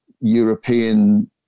European